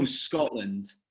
Scotland